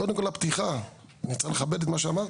קודם כל הפתיחה, אני צריך לכבד את מה שאמרתם.